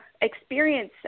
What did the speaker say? experience